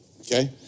okay